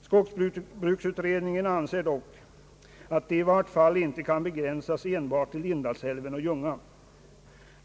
Skogs ruksutredningen anser dock att det i vart fall inte kan begränsas enbart till Indalsälven och Ljungan.